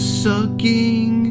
sucking